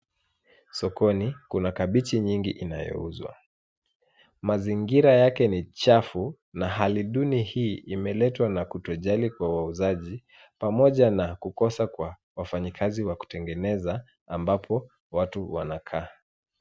Sokoni kuna kabeji nyingi inayouzwa . Mzingira yake ni chafu na hali duni hii imeletwa na kutojali kwa wauzaji pamoja na kukosa kwa wafanyikazi wakutengeneza ambapo watu wanakaa.